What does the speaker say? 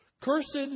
Cursed